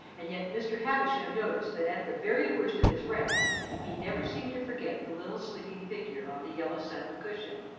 and yet mr. havisham noticed that at the very worst of his wrath he never seemed to forget the little sleeping figure on the yellow satin cushion,